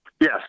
Yes